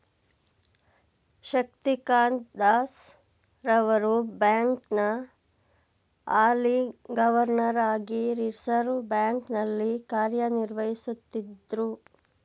ಶಕ್ತಿಕಾಂತ್ ದಾಸ್ ರವರು ಬ್ಯಾಂಕ್ನ ಹಾಲಿ ಗವರ್ನರ್ ಹಾಗಿ ರಿವರ್ಸ್ ಬ್ಯಾಂಕ್ ನಲ್ಲಿ ಕಾರ್ಯನಿರ್ವಹಿಸುತ್ತಿದ್ದ್ರು